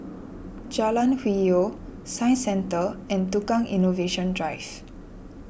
Jalan Hwi Yoh Science Centre and Tukang Innovation Drive